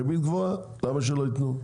כי הריבית גבוהה, למה שלא ייתנו?